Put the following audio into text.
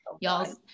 y'all